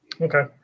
Okay